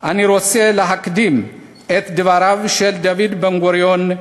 אני רוצה להקדים את דבריו של דוד בן-גוריון,